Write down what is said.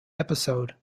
episode